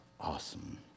awesome